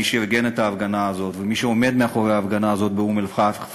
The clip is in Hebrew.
מי שארגן את ההפגנה הזאת ומי שעומד מאחורי ההפגנה הזאת באום-אלפחם,